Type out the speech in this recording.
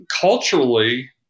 culturally